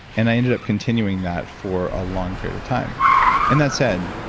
and i ended up continuing that for a long period of time and that said,